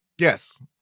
Yes